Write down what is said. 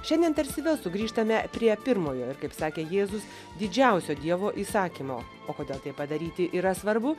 šiandien tarsi vėl sugrįžtame prie pirmojo ir kaip sakė jėzus didžiausio dievo įsakymo o kodėl tai padaryti yra svarbu